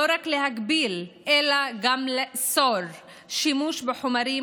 לא רק להגביל אלא גם לאסור שימוש בחומרים